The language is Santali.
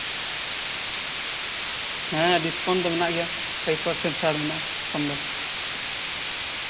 ᱦᱮᱸ ᱰᱤᱥᱠᱟᱣᱩᱱᱴ ᱫᱚ ᱢᱮᱱᱟᱜ ᱜᱮᱭᱟ ᱯᱷᱟᱭᱤᱵ ᱯᱟᱨᱥᱮᱱ ᱪᱷᱟᱲ ᱢᱮᱱᱟᱜᱼᱟ ᱮᱠᱷᱚᱱ ᱫᱚ